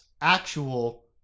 actual